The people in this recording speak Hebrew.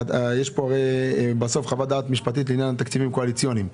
בסוף יש חוות דעת משפטית לעניין התקציבים הקואליציוניים.